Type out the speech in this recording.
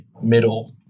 middle